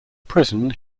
prison